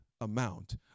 amount